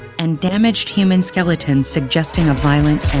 and damaged human skeletons suggesting a violent